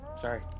Sorry